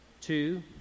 two